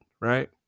right